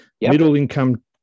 Middle-income